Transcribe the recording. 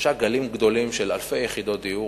בשלושה גלים גדולים, של אלפי יחידות דיור.